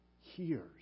hears